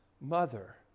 mother